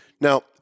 Now